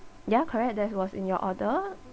ya correct that's was in your order